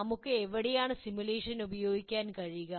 നമുക്ക് എവിടെയാണ് സിമുലേഷൻ ഉപയോഗിക്കാൻ കഴിയുക